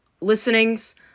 listenings